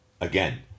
again